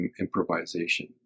improvisation